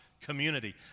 community